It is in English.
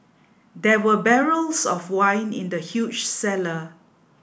there were barrels of wine in the huge cellar